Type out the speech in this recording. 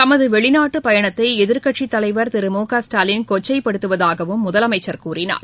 தமது வெளிநாட்டுப் பயனத்தை எதிர்க்கட்சி தலைவர் திரு மு க ஸ்டாலின் கொச்சைப்படுத்தவதாகவும் முதலமைச்சர் கூறினார்